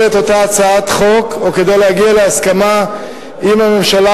את אותה הצעת חוק או להגיע להסכמה עם הממשלה,